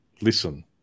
listen